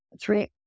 Three